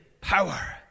power